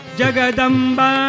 jagadamba